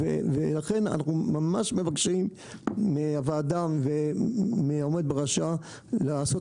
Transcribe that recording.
אנחנו ממש מבקשים מהוועדה ומהעומד בראשה לעשות